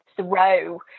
throw